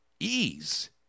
ease